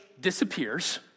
disappears